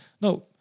No